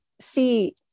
see